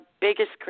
biggest